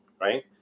right